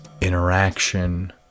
interaction